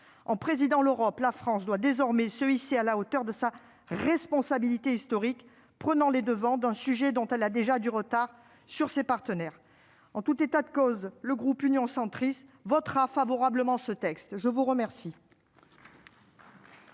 En présidant l'Europe, la France doit désormais se hisser à la hauteur de sa responsabilité historique en prenant ce sujet à bras-le-corps, bien qu'elle ait déjà du retard sur ses partenaires. En tout état de cause, le groupe Union Centriste votera favorablement ce texte. La parole